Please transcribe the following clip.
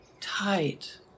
tight